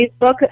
Facebook